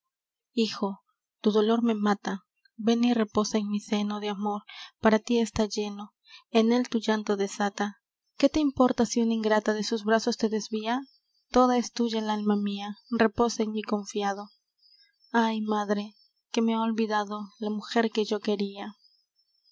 hijo tu dolor me mata ven y reposa en mi seno de amor para tí está lleno en él tu llanto desata qué te importa si una ingrata de sus brazos te desvía toda es tuya el alma mia reposa en mí confiado ay madre que me ha olvidado la mujer que yo quería